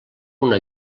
una